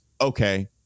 okay